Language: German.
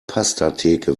pastatheke